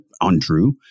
untrue